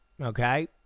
okay